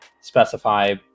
specify